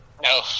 No